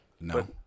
No